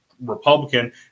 republican